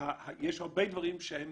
יש הרבה דברים שהם